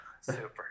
super